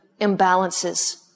imbalances